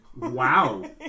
Wow